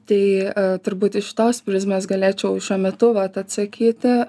tai turbūt iš tos prizmės galėčiau šiuo metu vat atsakyti